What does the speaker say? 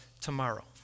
tomorrow